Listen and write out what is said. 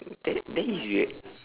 that that is weird